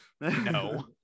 no